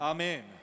Amen